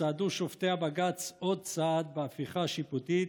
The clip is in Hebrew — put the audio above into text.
צעדו שופטי בג"ץ עוד צעד בהפיכה השיפוטית